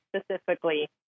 specifically